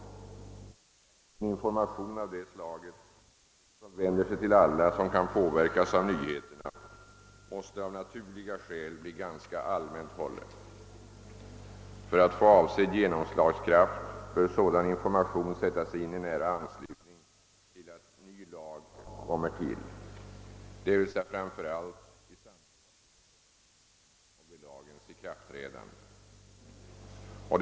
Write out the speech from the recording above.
En information av detta slag som vänder sig till alla som kan påverkas av nyheterna måste av naturliga skäl bli ganska allmänt hållen. För att få avsedd genomslagskraft bör sådan information sättas in i nära anslutning till att ny lag kommer till, d.v.s. framför allt i samband med riksdagsbehandlingen och vid lagens ikraftträdande.